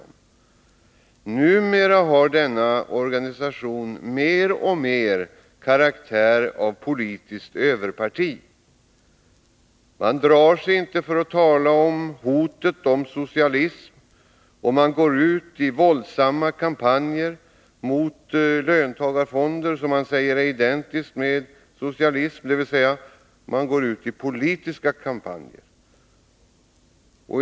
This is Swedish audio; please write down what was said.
Med tiden har denna organisation mer och mer fått karaktären av politiskt överparti. Man drar sig inte för att tala om att socialism hotar. Man går ut i våldsamma kampanjer mot löntagarfonder, som man säger är identiska med socialism. Man går således ut i politiska kampanjer.